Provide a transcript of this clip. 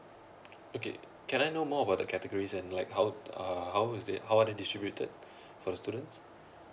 okay can I know more about the categories and like how uh how was it how other distributed for the students